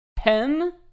Pen